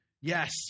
Yes